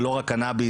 לא רק קנאביס,